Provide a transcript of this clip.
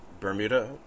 Bermuda